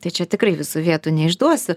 tai čia tikrai visų vietų neišduosiu